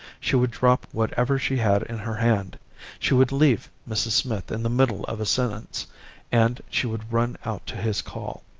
she would drop whatever she had in her hand she would leave mrs. smith in the middle of a sentence and she would run out to his call.